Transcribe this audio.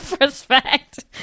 Respect